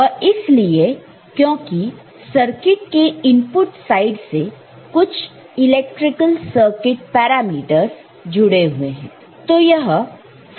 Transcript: वह इसलिए क्योंकि सर्किट के इनपुट साइड से कुछ इलेक्ट्रिकल सर्किट पैरामीटर जुड़े हुए हैं